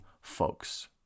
folks